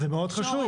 זה מאוד חשוב.